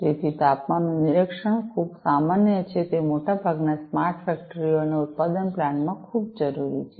તેથી તાપમાનનું નિરીક્ષણ ખૂબ સામાન્ય છે તે મોટાભાગના સ્માર્ટ ફેક્ટરી ઓ અને ઉત્પાદન પ્લાન્ટ માં ખૂબ જરૂરી છે